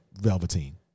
Velveteen